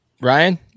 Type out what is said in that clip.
Ryan